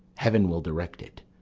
heaven will direct it.